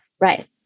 right